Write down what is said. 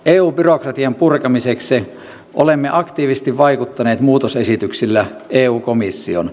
eu byrokratian purkamiseksi olemme aktiivisesti vaikuttaneet muutosesityksillä eu komissioon